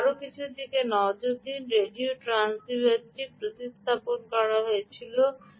সুতরাং আরও কিছুর দিকে নজর দিন রেডিও ট্রান্সসিভারটি প্রতিস্থাপন করা হয়েছিল